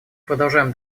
продолжаем